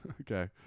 Okay